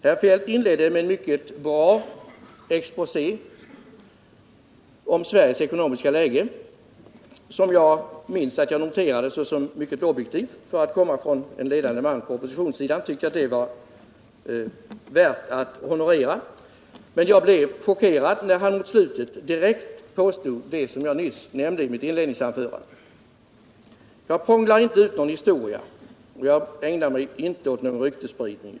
Herr Feldt inledde med en mycket bra exposé över Sveriges ekonomiska läge, som jag minns att jag noterade såsom objektiv. För att komma från en ledande man på oppositionssidan tyckte jag det var värt att honorera. Men jag blev chockerad när han mot slutet direkt påstod det som jag nyss nämnde i mitt inledningsanförande. Jag prånglar inte ut någon historia, och jag ägnar mig inte åt någon ryktesspridning.